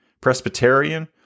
Presbyterian